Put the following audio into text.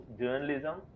journalism